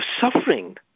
suffering